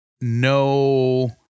no